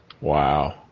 Wow